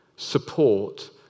support